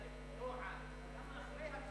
לא עד גם אחרי,